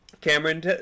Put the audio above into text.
Cameron